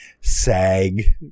sag